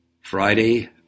Friday